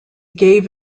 gave